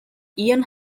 ian